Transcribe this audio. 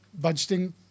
budgeting